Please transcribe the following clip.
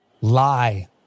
Lie